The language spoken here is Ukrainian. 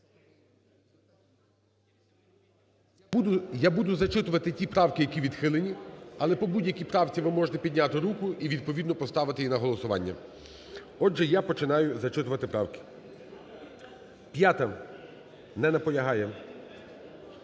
Я буду зачитувати ті правки, які відхилені, але по будь-якій правці ви можете підняти руку і , відповідно, поставити її на голосування. Отже, я починаю зачитувати правки. 5-а. Не наполягає. 3-я.